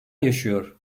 yaşıyor